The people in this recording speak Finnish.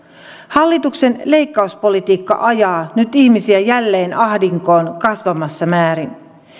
hallituksen leikkauspolitiikka ajaa nyt ihmisiä jälleen ahdinkoon kasvavassa määrin